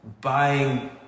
buying